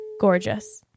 Gorgeous